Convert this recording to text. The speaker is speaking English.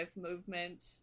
movement